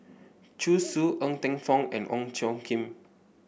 Zhu Xu Ng Teng Fong and Ong Tjoe Kim